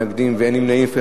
אין מתנגדים ואין נמנעים.